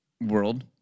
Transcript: world